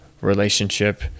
relationship